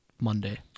monday